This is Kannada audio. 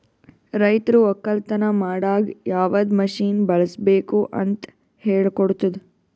ರೈತರು ಒಕ್ಕಲತನ ಮಾಡಾಗ್ ಯವದ್ ಮಷೀನ್ ಬಳುಸ್ಬೇಕು ಅಂತ್ ಹೇಳ್ಕೊಡ್ತುದ್